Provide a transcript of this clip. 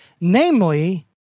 namely